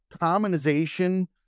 commonization